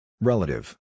Relative